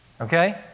okay